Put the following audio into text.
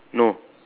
no